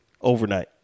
overnight